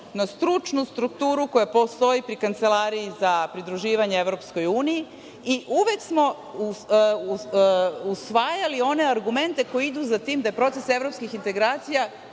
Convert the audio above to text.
na stručnu strukturu koja postoji pri Kancelariji za pridruživanje Evropskoj uniji i uvek smo usvajali one argumente koji idu za tim da je proces evropskih integracija